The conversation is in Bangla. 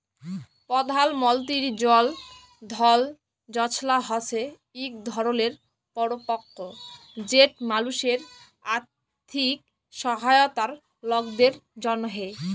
পধাল মলতিরি জল ধল যজলা হছে ইক ধরলের পরকল্প যেট মালুসের আথ্থিক সহায়তার লকদের জ্যনহে